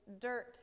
dirt